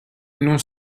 non